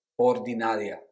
ordinaria